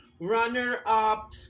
runner-up